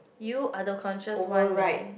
you are the conscious one man